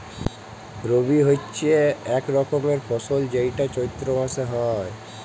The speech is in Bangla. রবি হচ্যে এক রকমের ফসল যেইটা চৈত্র মাসে হ্যয়